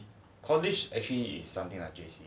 college actually is something like J_C